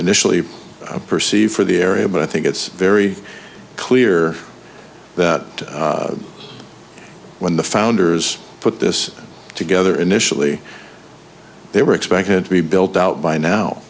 initially perceived for the area but i think it's very clear that when the founders put this together initially they were expected to be built out by now